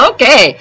Okay